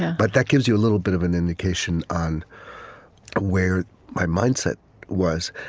but that gives you a little bit of an indication on where my mindset was.